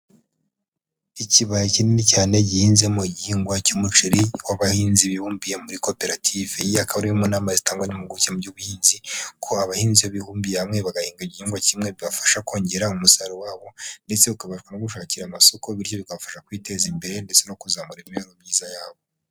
Ikibaya kinini cyane gihinzemo igihingwa cy'umuceri w'abahinzi bibumbiye muri koperative, iyi akaba ari mu nama zitangwa n'impuguke mu by'ubuhinzi, ko abahinzi bibumbiye hamwe bagahinga igihingwa kimwe bibafasha kongera umusaruro wabo, ndetse bakabafasha no gushakira amasoko bityo bikabafasha kwiteza imbere, ndetse no kuzamura imibereho myiza yabo.